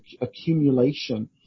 accumulation